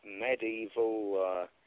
medieval